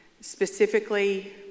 Specifically